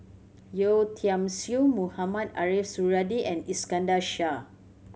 Yeo Tiam Siew Mohamed Ariff Suradi and Iskandar Shah